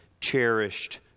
cherished